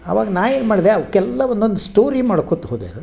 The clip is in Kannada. ಆವಾಗ ನಾ ಏನು ಮಾಡಿದೆ ಅವಕ್ಕೆಲ್ಲ ಒಂದೊಂದು ಸ್ಟೋರಿ ಮಾಡ್ಕೋತಾ ಹೋದೆ ಆಗ